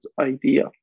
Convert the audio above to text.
idea